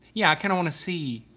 yeah, i kinda wanna see.